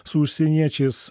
su užsieniečiais